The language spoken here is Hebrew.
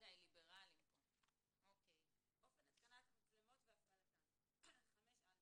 ממשיכה בקריאה: אופן התקנת המצלמות והפעלתן 5. (א)